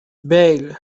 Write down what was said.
bail